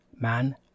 man